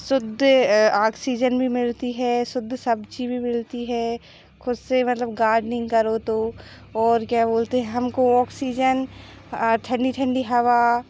सुद्ध आक्सीजन भी मिलती है शुद्ध सब्ज़ी भी मिलती है ख़ुद से मतलब गार्डनिंग भी करो तो और क्या बोलते हैं हमको ऑक्सीजन ठंडी ठंडी हवा